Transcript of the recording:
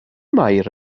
mair